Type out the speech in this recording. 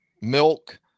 milk